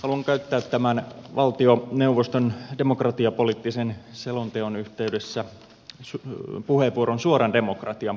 haluan käyttää tämän valtioneuvoston demokratiapoliittisen selonteon yhteydessä puheenvuoron suoran demokratian puolesta